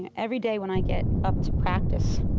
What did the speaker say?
and every day when i get up to practice,